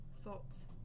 Thoughts